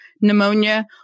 pneumonia